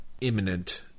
imminent